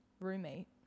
roommate